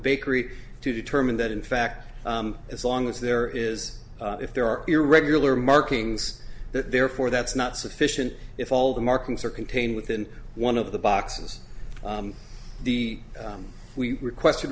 bakery to determine that in fact as long as there is if there are irregular markings that therefore that's not sufficient if all the markings are contained within one of the boxes the we requested